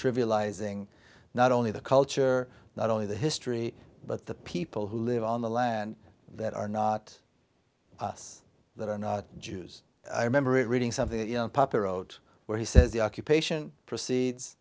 trivializing not only the culture not only the history but the people who live on the land that are not us that are not jews i remember it reading something papa wrote where he says the occupation proceeds